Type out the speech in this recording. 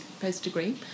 post-degree